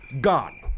gone